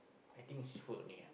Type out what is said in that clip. I think it's food only ah